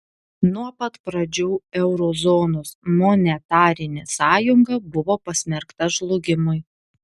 nuo pat pradžių euro zonos monetarinė sąjunga buvo pasmerkta žlugimui